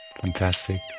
Fantastic